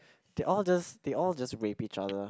they all just they all just rape each other